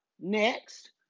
Next